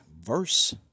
verse